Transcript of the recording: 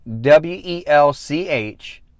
W-E-L-C-H